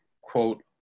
quote